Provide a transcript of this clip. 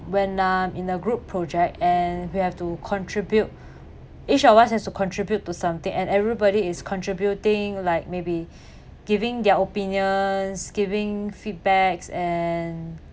when I'm in a group project and we have to contribute each of us has to contribute to something and everybody is contributing like maybe giving their opinions giving feedbacks and